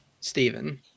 Stephen